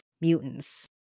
mutants